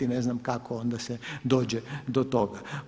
Ne znam kako onda se dođe do toga.